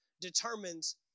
determines